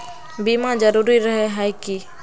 बीमा जरूरी रहे है की?